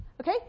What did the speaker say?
Okay